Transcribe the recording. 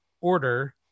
order